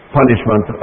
punishment